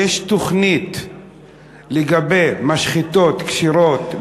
יש תוכנית לגבי משחטות כשרות,